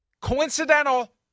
Coincidental